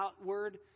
outward